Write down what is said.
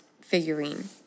figurine